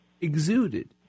exuded